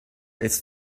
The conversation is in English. its